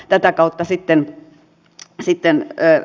tätä kautta sitten se sitten e